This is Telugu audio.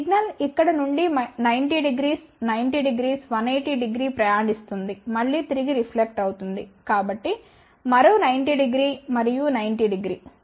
సిగ్నల్ ఇక్కడ నుండి900 900 1800ప్రయాణిస్తుంది మళ్ళీ తిరిగి రిఫ్లెక్ట్ అవుతుంది కాబట్టి మరో 900 మరియు 900